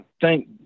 thank